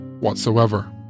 whatsoever